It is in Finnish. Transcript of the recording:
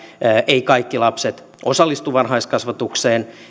eivät kaikki lapset osallistu varhaiskasvatukseen